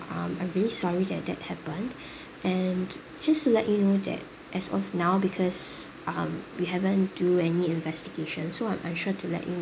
um I'm really sorry that that happened and just to let you know that as of now because um we haven't do any investigation so I'm unsure to let you